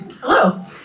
Hello